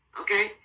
Okay